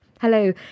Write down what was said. Hello